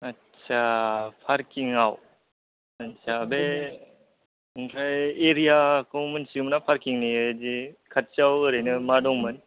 आटसा पार्किंआव आटसा बे ओमफ्राय एरियाखौ मिथियोना पार्किंनि जे खाथियाव ओरैनो मा दंमोन